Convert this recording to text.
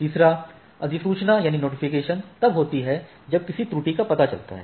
3 अधिसूचना तब होती है जब किसी त्रुटि का पता चलता है